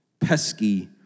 Pesky